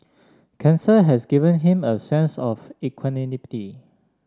cancer has given him a sense of equanimity